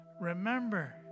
remember